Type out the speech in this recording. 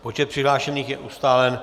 Počet přihlášených je ustálen.